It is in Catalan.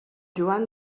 joan